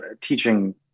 teaching